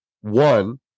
One